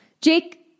Jake